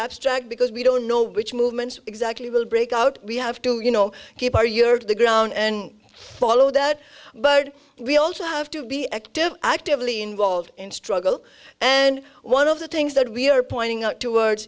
abstract because we don't know which movements exactly will break out we have to you know keep our europe to the ground and follow that but we also have to be active actively involved in struggle and one of the things that we are pointing out towards